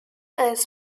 eines